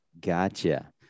Gotcha